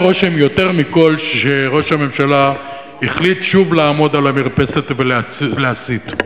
רושם יותר מכול שראש הממשלה החליט שוב לעמוד על המרפסת ולהסית.